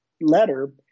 letter